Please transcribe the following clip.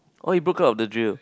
oh you broke out of the drill